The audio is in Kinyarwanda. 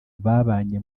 babanye